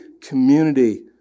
community